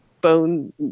Bone